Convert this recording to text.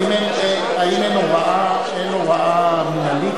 האם אין הוראה מינהלית